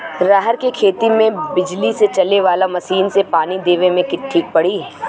रहर के खेती मे बिजली से चले वाला मसीन से पानी देवे मे ठीक पड़ी?